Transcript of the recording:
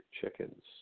chickens